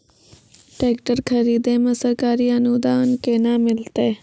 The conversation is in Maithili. टेकटर खरीदै मे सरकारी अनुदान केना मिलतै?